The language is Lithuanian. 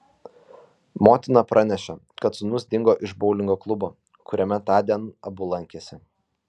motina pranešė kad sūnus dingo iš boulingo klubo kuriame tądien abu lankėsi